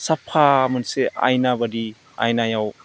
साफा मोनसे आयनाबादि आयनायाव